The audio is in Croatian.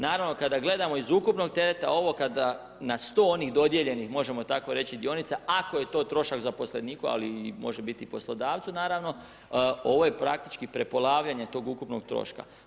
Naravno kada gledamo iz ukupnog tereta, ovo kada na 100 onih dodijeljenih, možemo tako reći dionica, ako je to trošak zaposleniku ali može biti i poslodavcu naravno ovo je praktički prepolavljanje tog ukupnog troška.